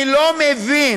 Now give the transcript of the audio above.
אני לא מבין,